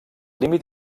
límit